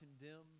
condemn